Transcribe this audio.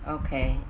okay